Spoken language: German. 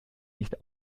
nicht